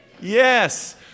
Yes